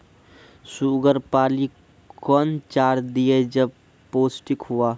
Sugar पाली कौन चार दिय जब पोस्टिक हुआ?